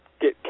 get